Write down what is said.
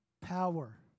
power